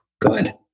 good